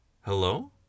Hello